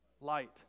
light